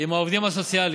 עם העובדים הסוציאליים.